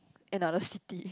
another city